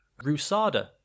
Rusada